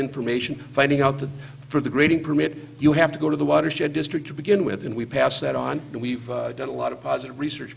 information finding out that for the grading permit you have to go to the watershed district to begin with and we pass that on and we've done a lot of positive research